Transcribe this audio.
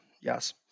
Yes